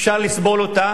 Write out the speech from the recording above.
אפשר לסבול אותה,